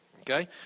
okay